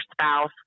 spouse